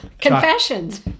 confessions